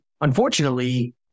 unfortunately